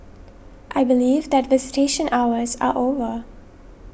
I believe that visitation hours are over